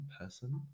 person